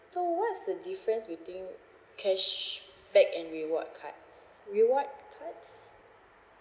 so what is the difference between cashback and reward cards reward cards